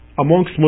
amongst